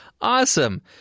Awesome